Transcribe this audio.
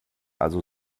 also